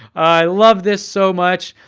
i love this so much.